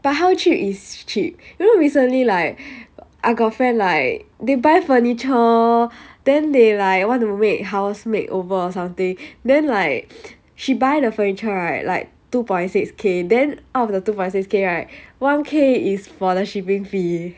but how cheap is cheap you know recently like I got a friend like they buy furniture then they like want to make house makeover or something then like she buy the furniture right like two point six K then out of the two point six K right one K is for the shipping fee